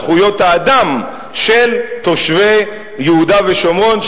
זכויות האדם של תושבי יהודה ושומרון,